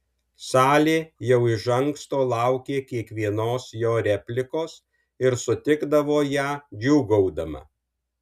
salė jau iš anksto laukė kiekvienos jo replikos ir sutikdavo ją džiūgaudama